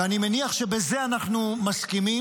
ואני מניח שבזה אנחנו מסכימים,